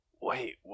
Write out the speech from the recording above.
Wait